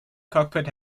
cockpit